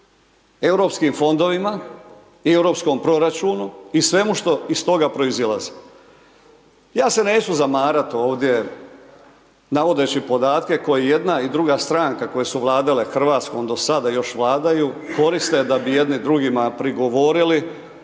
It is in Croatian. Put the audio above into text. Europskim fondovima, i europskom proračunu, i svemu što iz toga proizilazi. Ja se neću zamarat ovdje navodeći podatke koji jedna i druga stranka koje su vladale Hrvatskom do sad i još vladaju koriste da bi jedni drugima prigovorili,